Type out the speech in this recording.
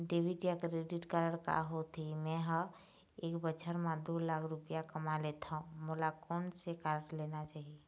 Debit या credit card का होथे, मे ह एक बछर म दो लाख रुपया कमा लेथव मोला कोन से कारड लेना चाही?